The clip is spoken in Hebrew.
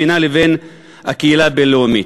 בינה לבין הקהילה הבין-לאומית.